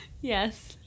yes